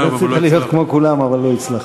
רצית להיות כמו כולם, אבל לא הצלחת.